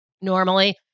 normally